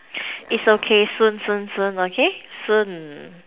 is okay soon soon soon okay soon